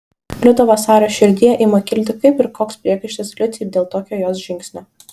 liudo vasario širdyje ima kilti kaip ir koks priekaištas liucei dėl tokio jos žingsnio